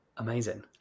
Amazing